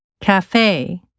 Cafe